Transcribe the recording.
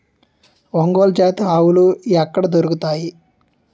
ఒంగోలు జాతి ఆవులు ఎక్కడ దొరుకుతాయి?